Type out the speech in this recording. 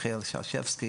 יחיאל שרשבסקי